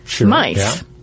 mice